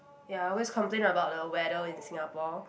ya I always complain about the weather in Singapore